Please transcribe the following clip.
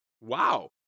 wow